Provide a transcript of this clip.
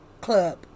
club